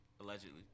Allegedly